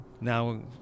now